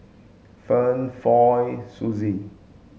Ferne Floy Susie